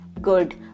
good